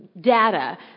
data